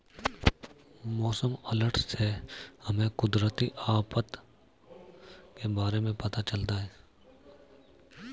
मौसम अलर्ट से हमें कुदरती आफत के बारे में पता चलता है